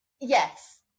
Yes